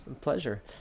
Pleasure